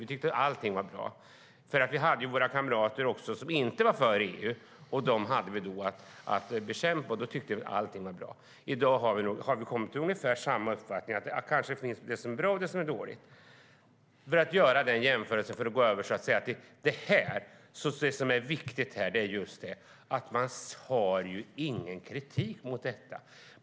Vi tyckte att allting var bra, för vi hade kamrater som inte var för EU, och dem hade vi då att bekämpa. Därför tyckte vi att allting var bra. I dag har vi kommit till ungefär samma uppfattning och kan enas om att det kanske finns det som är bra och det som är dåligt. Det som är viktigt i den här jämförelsen är att man inte har någon kritik mot detta.